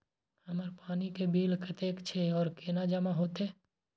हमर पानी के बिल कतेक छे और केना जमा होते?